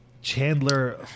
Chandler